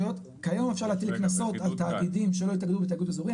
כיום אפשר להטיל כנסות על תאגידים שלא התאגדו בתאגוד אזורי,